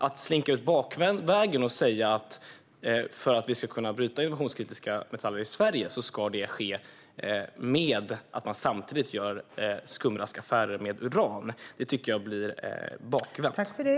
Att säga att för att vi ska kunna bryta innovationskritiska metaller i Sverige ska det ske samtidigt som vi gör skumraskaffärer med uran tycker jag blir bakvänt.